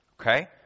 Okay